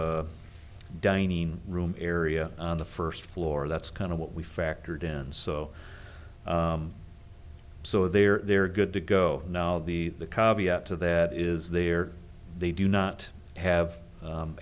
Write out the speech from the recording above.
dining room area on the first floor that's kind of what we factored in and so so they're they're good to go now the to that is there they do not have